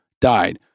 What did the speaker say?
died